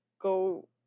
go